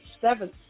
seventh